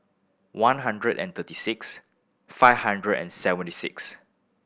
one hundred and thirty six five hundred and seventy six